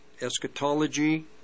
eschatology